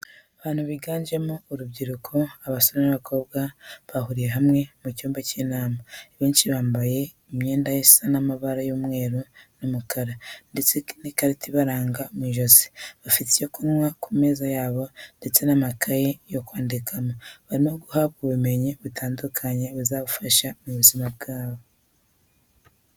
Abantu biganjemo urubyiruko abasore n'abakobwa bahuriye hamwe mu cyumba cy'inama abenshi bambaye imyenda isa y'amabara yumweru n'umukara ndetse n'ikarita ibaranga mu ijosi bafite icyo kunywa ku meza yabo ndetse n'amakaye yo kwandikamo, barimo guhabwa ubumenyi butandukanye buzabafasha mu buzima bwabo.